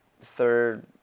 third